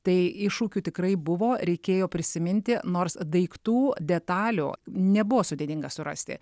tai iššūkių tikrai buvo reikėjo prisiminti nors daiktų detalių nebuvo sudėtinga surasti